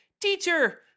Teacher